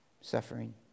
suffering